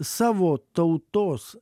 savo tautos